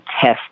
test